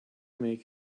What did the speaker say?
make